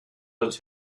was